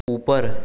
ऊपर